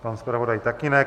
Pan zpravodaj také ne.